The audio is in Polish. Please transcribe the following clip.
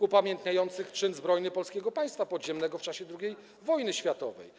upamiętniających czyn zbrojny Polskiego Państwa Podziemnego w czasie II wojny światowej.